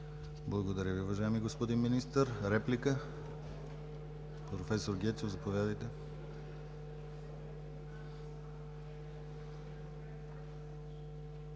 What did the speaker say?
Благодаря Ви, уважаеми господин Министър. Реплика? Професор Гечев, заповядайте.